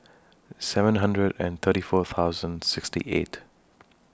seven hundred and thirty four thousand sixty eight